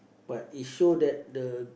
but it show that the